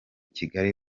kigali